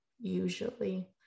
usually